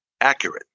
accurate